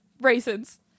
raisins